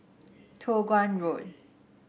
Toh Guan Road